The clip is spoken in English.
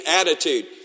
attitude